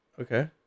Okay